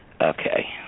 Okay